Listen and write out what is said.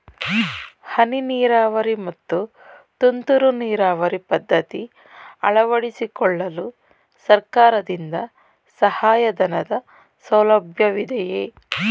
ಹನಿ ನೀರಾವರಿ ಮತ್ತು ತುಂತುರು ನೀರಾವರಿ ಪದ್ಧತಿ ಅಳವಡಿಸಿಕೊಳ್ಳಲು ಸರ್ಕಾರದಿಂದ ಸಹಾಯಧನದ ಸೌಲಭ್ಯವಿದೆಯೇ?